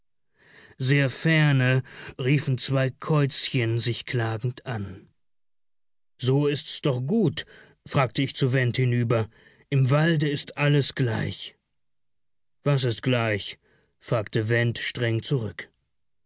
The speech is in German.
sehr ferne riefen zwei käuzchen sich klagend an so ist's doch gut fragte ich zu went hinüber im walde ist alles gleich was ist gleich fragte went streng zurück